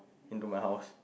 into my house